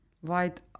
white